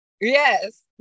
yes